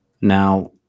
Now